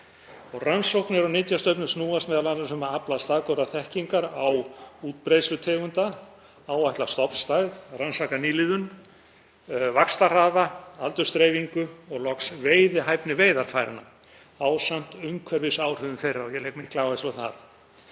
Rannsóknir á nytjastofnum snúast m.a. um að afla staðgóðrar þekkingar á útbreiðslu tegunda, áætla stofnstærð, rannsaka nýliðun, vaxtarhraða, aldursdreifingu og loks veiðihæfni veiðarfæranna ásamt umhverfisáhrifum þeirra, og ég legg mikla áherslu á það.